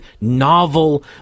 novel